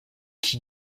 qui